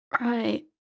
Right